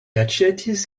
aĉetis